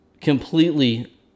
completely